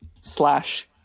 slash